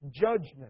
Judgment